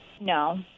No